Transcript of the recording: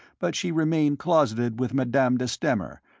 but she remained closeted with madame de stamer,